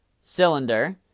cylinder